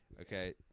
okay